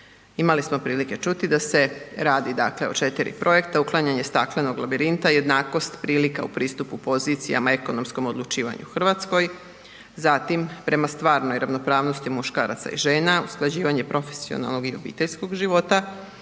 Imali smo prilike čuti da se radi dakle o 4 projekta uklanjanje staklenog labirinta, jednakost prilika u pristupu pozicijama ekonomskom odlučivanju u Hrvatskoj. Zatim prema stvarnoj ravnopravnosti muškaraca i žena, usklađivanje profesionalnog i obiteljskog života,